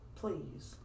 please